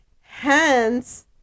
Hence